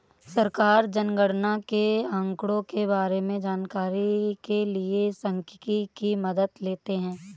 सरकार जनगणना के आंकड़ों के बारें में जानकारी के लिए सांख्यिकी की मदद लेते है